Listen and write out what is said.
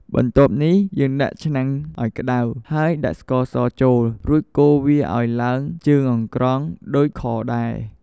បន្ទាប់នេះយើងដាក់ឆ្នាំងឲ្យក្តៅហើយដាក់ស្ករសចូលរួចកូវាឱ្យឡើងជើងអង្ក្រងដូចខដែរ។